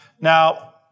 Now